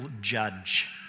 judge